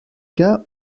cas